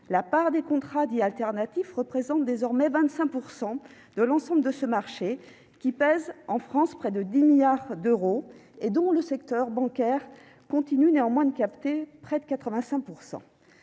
La part des contrats dits alternatifs représente désormais 25 % de l'ensemble de ce marché, qui pèse en France près de 10 milliards d'euros et dont le secteur bancaire continue cependant de capter près de 85 %.